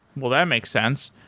well, that makes sense.